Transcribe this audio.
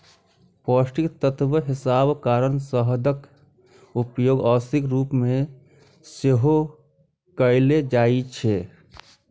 पौष्टिक तत्व हेबाक कारण शहदक उपयोग औषधिक रूप मे सेहो कैल जाइ छै